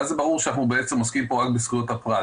ואז זה ברור שאנחנו עוסקים פה רק בזכויות הפרט.